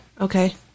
Okay